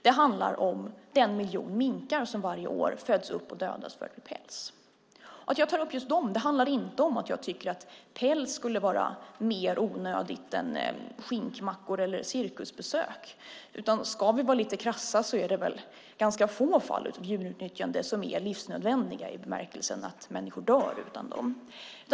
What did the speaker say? Det handlar om den miljon minkar som varje år föds upp och dödas för att bli päls. Att jag tar upp just dem handlar inte om att jag tycker att päls skulle vara mer onödigt än skinkmackor eller cirkusbesök. Ska vi vara lite krassa är det väl ganska få fall av djurutnyttjande som är livsnödvändiga i bemärkelsen att människor dör utan dem.